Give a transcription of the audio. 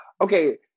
okay